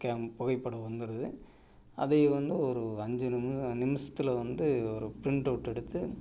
game புகைப்படம் வந்துடுது அதை வந்து ஒரு அஞ்சு நிமு நிமிஷத்துல வந்து ஒரு ப்ரிண்ட்அவுட் எடுத்து